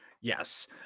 Yes